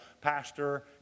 pastor